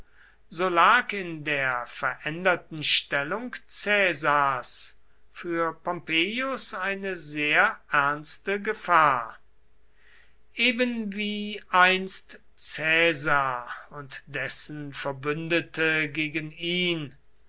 so lag in der veränderten stellung caesars für pompeius eine sehr ernste gefahr ebenwie einst caesar und dessen verbündete gegen ihn